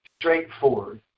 straightforward